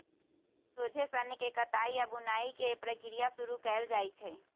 सोझे सन्न के कताई आऽ बुनाई के प्रक्रिया शुरू कएल जाइ छइ